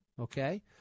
Okay